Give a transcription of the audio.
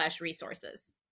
resources